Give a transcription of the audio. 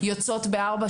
יוצאות ב-16:00,